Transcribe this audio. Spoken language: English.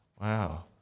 Wow